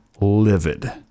livid